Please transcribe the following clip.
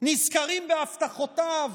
נזכרים בהבטחותיו